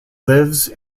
lives